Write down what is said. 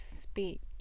speak